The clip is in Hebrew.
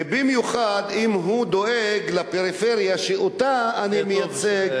ובמיוחד אם הוא דואג לפריפריה, שאותה אני מייצג.